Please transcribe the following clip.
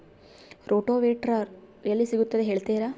Rotavator ಎಲ್ಲಿ ಸಿಗುತ್ತದೆ ಹೇಳ್ತೇರಾ?